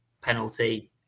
penalty